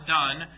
done